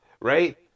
right